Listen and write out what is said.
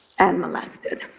and molested.